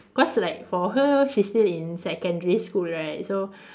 cause like for her she's still in secondary school right so